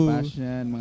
passion